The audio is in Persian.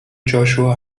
جاشوا